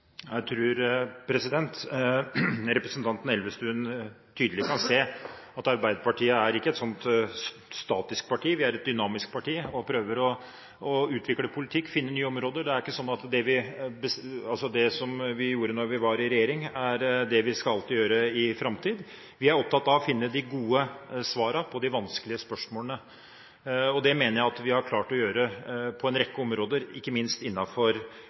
representanten Elvestuen tydelig kan se at Arbeiderpartiet ikke er et statisk parti. Vi er et dynamisk parti og prøver å utvikle politikk, finne nye områder. Det er ikke sånn at det vi gjorde da vi var i regjering, er det vi alltid skal gjøre i framtid. Vi er opptatt av å finne de gode svarene på de vanskelige spørsmålene. Det mener jeg at vi har klart å gjøre på en rekke områder, ikke minst